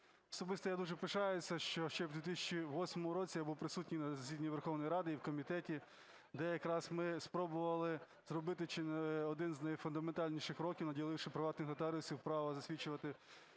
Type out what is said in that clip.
Особисто я дуже пишаюся, що ще в 2008 році я був присутній на засіданні Верховної Ради і в комітеті, де якраз ми спробували зробити чи не один з найфундаментальніших кроків, наділивши приватних нотаріусів правом засвідчувати